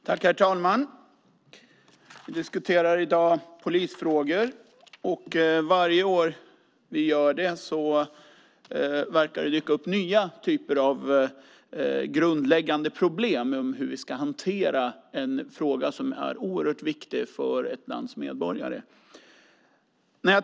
Herr talman! Vi diskuterar i dag polisfrågor. Varje år vi gör det verkar det dyka upp nya typer av grundläggande problem för hur vi ska hantera en fråga som är oerhört viktig för ett lands medborgare.